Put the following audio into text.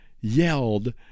yelled